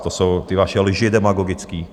To jsou ty vaše lži demagogický.